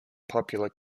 popular